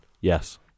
yes